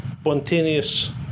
spontaneous